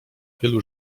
wielu